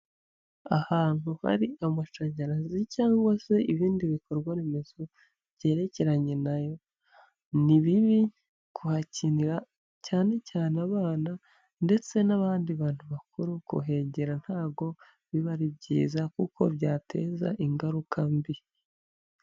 Ahantu hari amashanyarazi cyangwa se ibindi bikorwa remezo byerekeranye nayo, ni bibi kuhakinira cyane cyane abana ndetse n'abandi bantu bakuru, kuhengera ntago biba ari byiza kuko byateza ingaruka mbi.